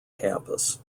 campus